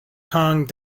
kong